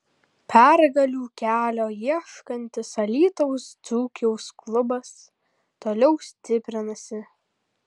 pergalių kelio ieškantis alytaus dzūkijos klubas toliau stiprinasi